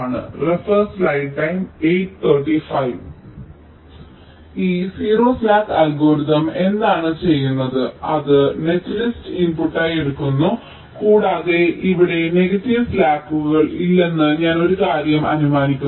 ഈ 0 slack algorithm എന്താണ് ചെയ്യുന്നത് അത് നെറ്റ് ലിസ്റ്റ് ഇൻപുട്ടായി എടുക്കുന്നു കൂടാതെ ഇവിടെ നെഗറ്റീവ് സ്ലാക്കുകൾ ഇല്ലെന്ന് ഞാൻ ഒരു കാര്യം അനുമാനിക്കുന്നു